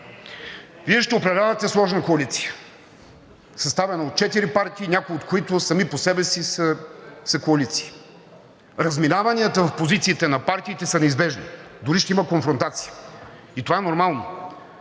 Вие ще управлявате сложна коалиция, съставена от четири партии, някои от които сами по себе си са коалиции. Разминаванията в позициите на партиите са неизбежни – дори ще има конфронтация, и това е нормално.